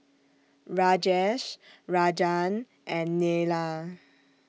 Rajesh Rajan and Neila